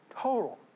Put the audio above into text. Total